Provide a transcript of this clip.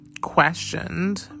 questioned